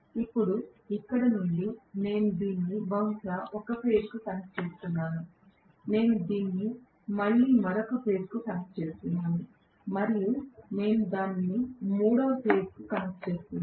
ఇప్పుడు ఇక్కడ నుండి నేను దీన్ని బహుశా ఒక ఫేజ్ కు కనెక్ట్ చేస్తున్నాను నేను దీన్ని మళ్ళీ మరొక ఫేజ్ కు కనెక్ట్ చేస్తున్నాను మరియు నేను దానిని మూడవ ఫేజ్ కు కనెక్ట్ చేస్తున్నాను